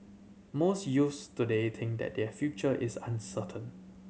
most youths today think that their future is uncertain